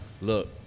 Look